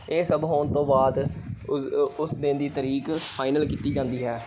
ਇਹ ਸਭ ਹੋਣ ਤੋਂ ਬਾਅਦ ਉਸ ਉਸ ਦਿਨ ਦੀ ਤਾਰੀਕ ਫਾਈਨਲ ਕੀਤੀ ਜਾਂਦੀ ਹੈ